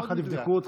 יום אחד יבדקו אותך.